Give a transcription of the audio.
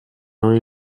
non